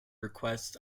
request